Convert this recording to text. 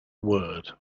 word